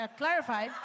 clarify